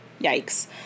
Yikes